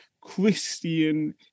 Christian